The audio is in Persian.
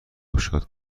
گشاد